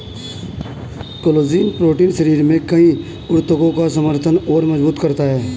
collagen protein शरीर में कई ऊतकों का समर्थन और मजबूत करता है